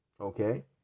Okay